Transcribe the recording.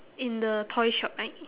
in the toy shop right